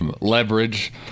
Leverage